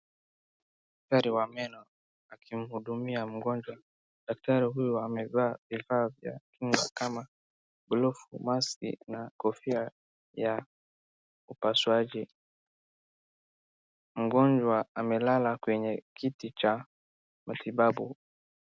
Daktari wa meno akimhudumia mgonjwa. Daktari huyo amevaa vifaa vya kinga kama glovu, maski na kofia ya upasuaji. Mgonjwa amelala kwenye kiti cha matibabu.